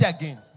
again